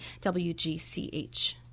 wgch